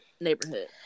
neighborhood